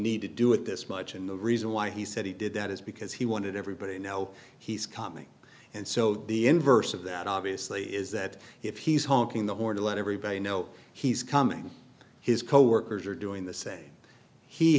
need to do it this much and the reason why he said he did that is because he wanted everybody to know he's coming and so the inverse of that obviously is that if he's honking the horn to let everybody know he's coming his coworkers are doing the same he